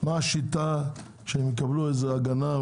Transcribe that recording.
מה השיטה שהם יקבלו איזו הגנה,